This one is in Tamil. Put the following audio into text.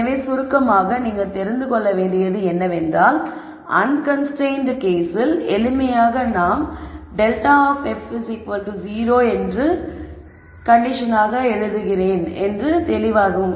எனவே சுருக்கமாக நீங்கள் தெரிந்து கொள்ள வேண்டியது என்னவென்றால் அன்கன்ஸ்டரைன்ட் கேஸில் எளிமையாக நான் ∇ of f 0 என்ற கண்டிஷனாக எழுதுகிறேன் என்பது மிகவும் தெளிவாகிறது